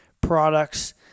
products